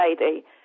lady